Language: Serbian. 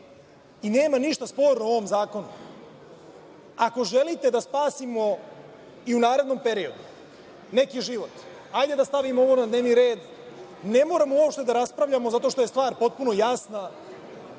i nema ništa sporno u ovom zakonu. Ako želite da spasimo i u narednom periodu neki život, hajde da stavimo ovo na dnevni red. Ne moramo uopšte da raspravljamo, zato što je stvar potpuno jasna.